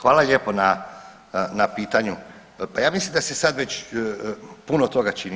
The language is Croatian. Hvala lijepo na pitanju, pa ja mislim da se sad već puno toga čini.